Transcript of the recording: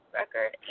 record